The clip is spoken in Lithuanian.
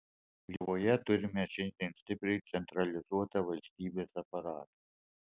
lietuvoje turime šiandien stipriai centralizuotą valstybės aparatą